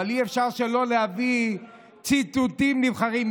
אבל אי-אפשר שלא להביא ציטוטים נבחרים,